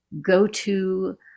go-to